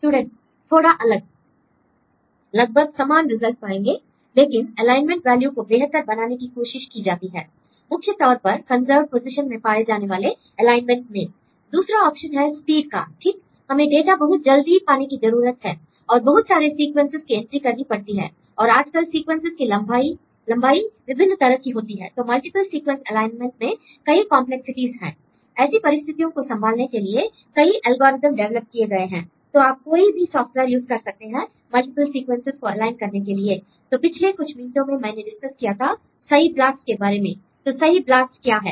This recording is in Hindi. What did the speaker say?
स्टूडेंट थोड़ा अलग लगभग समान रिजल्ट पाएंगे लेकिन एलाइनमेंट वैल्यू को बेहतर बनाने की कोशिश की जाती है मुख्य तौर पर कंसर्व्ड पोजीशन में पाए जाने वाले एलाइनमेंट में l दूसरा ऑप्शन है स्पीड का ठीक हमें डेटा बहुत जल्दी पाने की जरूरत है और बहुत सारे सीक्वेंसेस की एंट्री करनी पड़ती है और आजकल सीक्वेंसेस की लंबाई विभिन्न तरह की होती है l तो मल्टीप्ल सीक्वेंस एलाइनमेंट में कई कंपलेक्सिटीज़ हैं l ऐसी परिस्थितियों को संभालने के लिए कई एल्गोरिदम डिवेलप किए गए हैं l तो आप कोई भी सॉफ्टवेयर यूज़ कर सकते हैं मल्टीपल सीक्वेंसेस को एलाइन करने के लिए l तो पिछले कुछ मिनटों में मैंने डिस्कस किया था सइ ब्लास्ट के बारे में l तो सइ ब्लास्ट क्या है